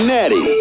Natty